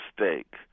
mistake